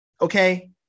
okay